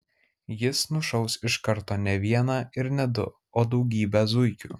jis nušaus iš karto ne vieną ir ne du o daugybę zuikių